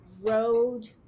road